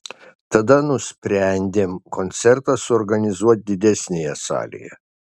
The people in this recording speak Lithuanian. tada nusprendėm koncertą suorganizuot didesnėje salėje